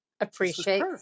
appreciate